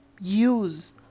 use